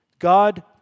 God